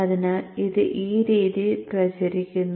അതിനാൽ ഇത് ഈ രീതിയിൽ പ്രചരിക്കുന്നു